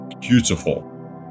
beautiful